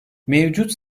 mevcut